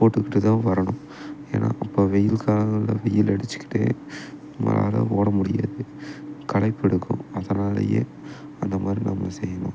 போட்டுக்கிட்டு தான் வரணும் ஏன்னா அப்போ வெயில் காலங்களில் வெயில் அடிச்சிக்கிட்டே நம்மளால் ஓட முடியாது களைப்பு எடுக்கும் அதனாலயே அந்த மாதிரி நம்ம செய்யணும்